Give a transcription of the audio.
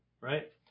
right